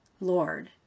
Lord